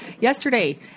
yesterday